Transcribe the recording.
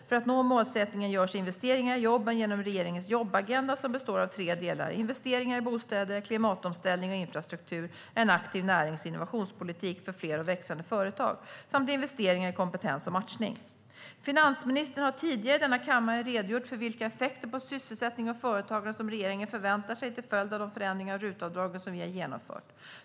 För att nå målsättningen görs investeringar i jobben genom regeringens jobbagenda, som består av tre delar: investeringar i bostäder, klimatomställning och infrastruktur, en aktiv närings och innovationspolitik för fler och växande företag samt investeringar i kompetens och matchning. Finansministern har tidigare i denna kammare redogjort för vilka effekter på sysselsättning och företagande som regeringen förväntar sig till följd av de förändringar av RUT-avdraget som vi har genomfört.